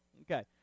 Okay